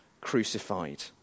crucified